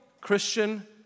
Christian